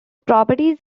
properties